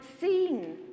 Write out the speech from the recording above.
seen